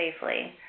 safely